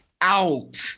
out